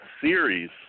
series